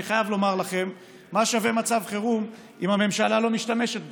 אני חייב לומר לכם: מה שווה מצב חירום אם הממשלה לא משתמשת בו?